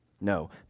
No